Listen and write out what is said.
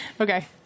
Okay